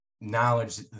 knowledge